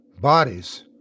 Bodies